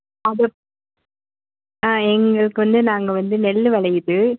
அது ஆ எங்களுக்கு வந்து நாங்கள் வந்து நெல் வெளையிது